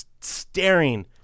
staring